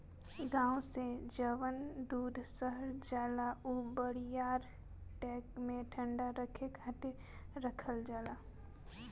गाँव से जवन दूध शहर जाला उ बड़ियार टैंक में ठंडा रखे खातिर रखल जाला